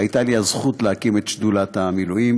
שהייתה לי הזכות להקים את שדולת המילואים,